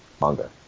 manga